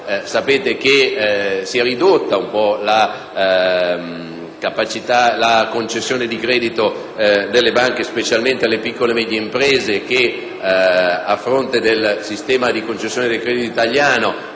Sapete che si è ridotta un po' la concessione di credito delle banche specialmente alle piccole e medie imprese; il Governo, a fronte del sistema di concessione di credito italiano,